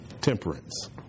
temperance